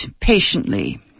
patiently